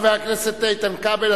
חבר הכנסת איתן כבל,